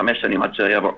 חמש שנים עד שזה יעבור,